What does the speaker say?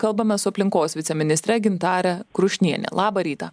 kalbame su aplinkos viceministre gintare krušniene labą rytą